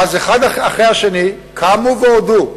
ואז אחד אחרי השני קמו והודו,